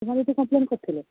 ସୀମା ଦିଦି କମ୍ପ୍ଲେନ୍ କରିଥିଲେ